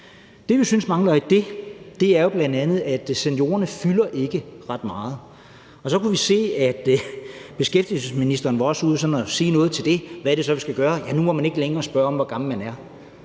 Det, vi synes mangler, er jo bl.a., at seniorerne ikke fylder ret meget. Og så kunne vi se, at beskæftigelsesministeren også var ude at sige noget til det. Hvad er det så, vi skal gøre? Ja, nu må man ikke længere spørge om, hvor gammel ansøgeren